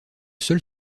seul